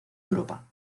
europa